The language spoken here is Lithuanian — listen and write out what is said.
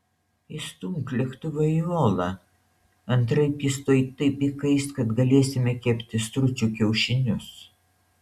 įstumk lėktuvą į olą antraip jis tuoj taip įkais kad galėsime kepti stručių kiaušinius